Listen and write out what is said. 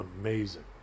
amazing